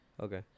Okay